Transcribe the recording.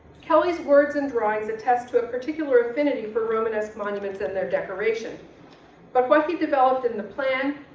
kelly's words and drawings attest to a particular affinity for romanesque monuments and their decoration but what he developed in the plan,